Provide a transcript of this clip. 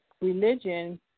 religion